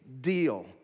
deal